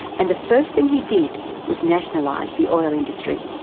and the first thing he did was nationalise the oil industry.